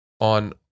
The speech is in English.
on